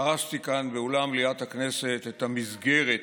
פרסתי כאן באולם מליאת הכנסת את המסגרת